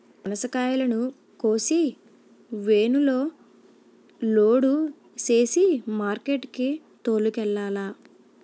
పనసకాయలను కోసి వేనులో లోడు సేసి మార్కెట్ కి తోలుకెల్లాల